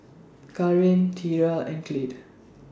Kaaren Tierra and Clide